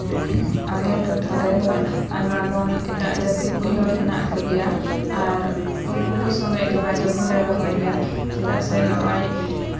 ᱟᱞᱮ ᱴᱚᱴᱷᱟ ᱨᱮᱫᱚ ᱟᱭᱢᱟᱜᱟᱱ ᱮᱴᱟᱜ ᱡᱟᱹᱛᱤ ᱠᱚᱦᱚᱸ ᱦᱮᱱᱟᱜ ᱠᱚᱜᱮᱭᱟ ᱟᱨ ᱩᱱᱠᱩ ᱠᱚ ᱥᱚᱝᱜᱮᱡ ᱡᱳᱜᱟᱡᱳᱜ ᱦᱚᱞᱮ ᱫᱚᱦᱚᱭ ᱜᱮᱭᱟ ᱪᱮᱫᱟᱜ ᱥᱮ ᱱᱚᱜᱼᱚᱭ